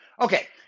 Okay